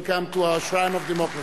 welcome to our Shrine of Democracy.